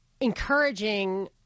encouraging